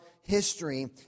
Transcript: history